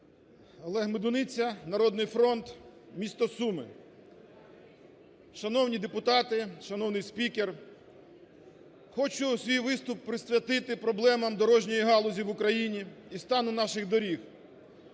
Олег Медуниця, "Народний фронт", місто Суми. Шановні депутати, шановний спікер! Хочу свій виступ присвятити проблемам дорожньої галузі в Україні і стану наших доріг.